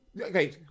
Okay